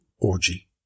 Orgy